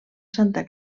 santa